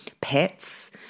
pets